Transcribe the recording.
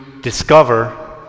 discover